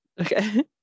Okay